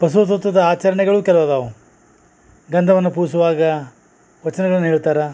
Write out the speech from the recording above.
ಬಸವ ತತ್ವದ ಆಚರಣೆಗಳು ಕೆಲವು ಅದಾವು ಗಂಧವನ್ನು ಪೂಜಿಸುವಾಗ ವಚನಗಳನ್ನ ಹೇಳ್ತಾರ